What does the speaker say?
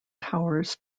powers